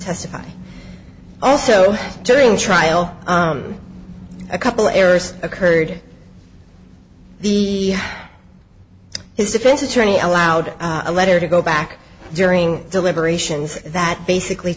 testify also during trial a couple errors occurred the his defense attorney allowed a letter to go back during deliberations that basically